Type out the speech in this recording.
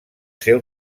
seu